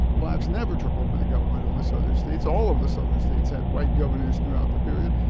blacks never took over the government of the southern states. all of the southern states had white governors throughout the period.